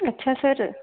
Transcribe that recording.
ਅੱਛਾ ਸਰ